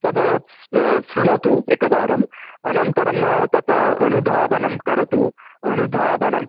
तद् शृणोतु एकवारम् अनन्तरं तत् अनुधावनं करोतु अनुधावनं